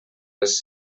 les